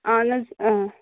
اہن حظ